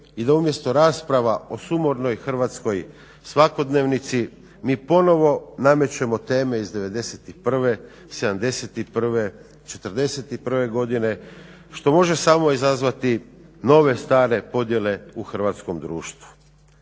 I da umjesto rasprava o sumornoj hrvatskoj svakodnevici mi ponovo namećemo teme iz '91., '71., '41. godine što može samo izazvati nove, stare podjele u hrvatskom društvu.